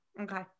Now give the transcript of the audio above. Okay